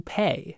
pay